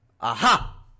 Aha